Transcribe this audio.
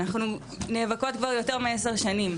אנחנו נאבקות כבר יותר מעשר שנים,